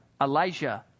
Elijah